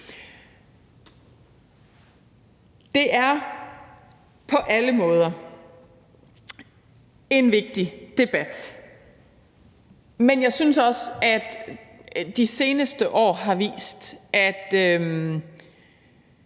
Det er på alle måder en vigtig debat. Men jeg synes også, at de seneste år har vist, at